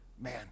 man